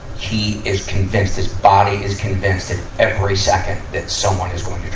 he is convinced, his body is convinced at every second, that someone is going